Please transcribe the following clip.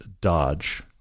Dodge